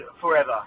forever